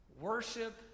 Worship